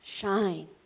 shine